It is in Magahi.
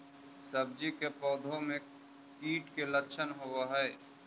सब्जी के पौधो मे कीट के लच्छन होबहय?